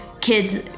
kids